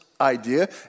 idea